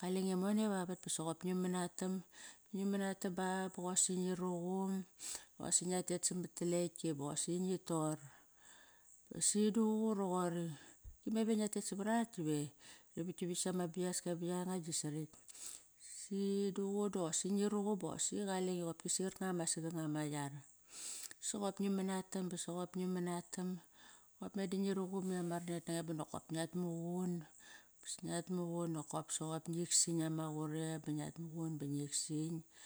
Kalenge mone vavat, ba soqop ngi manatam. Ngi manatam ba boqosi ngi ruqum boqosi ngia tet samat lekti bosaqi ngi tor. Si duququ roqori, me ve ngia tet savarar dive ravaktavat sama biaska va yanga gi sarakt si duququ doqosi ngi ruqum bosi qalenge qopsi qarkanga ma saganga ma yar, soqop ngi manatam ba soqop ngi manatam. Qop meda ngi ruqum iama ranet nange bonokop ngiat muqun boqosi ngiat muqun nokop soqop nging san ama qurem ba ngiat muqun ba nging san